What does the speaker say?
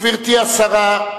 גברתי השרה,